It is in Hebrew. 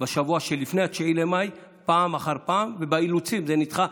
בשבוע שלפני 9 במאי פעם אחר פעם ובגלל האילוצים זה נדחה.